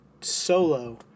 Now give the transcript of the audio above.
solo